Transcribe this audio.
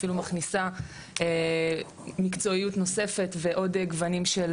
ואפילו מכניסה מקצועיות נוספת ועוד גוונים של